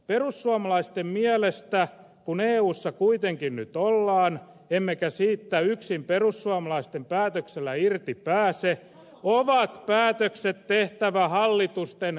perussuomalaisten mielestä kun eussa kuitenkin nyt ollaan emmekä siitä yksin perussuomalaisten päätöksellä irti pääse on päätökset tehtävä hallitustenvälisesti